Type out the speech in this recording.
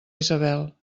isabel